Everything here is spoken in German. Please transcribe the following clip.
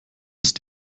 ist